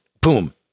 boom